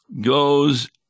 goes